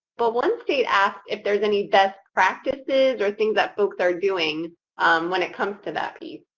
but one state asked if there's any best practices or things that folks are doing when it comes to that piece.